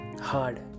hard